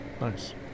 Nice